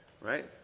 Right